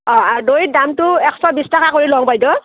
অঁ দৈত দামটো একশ বিছ টকা কৰি লওঁ বাইদেউ